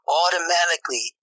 automatically